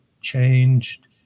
changed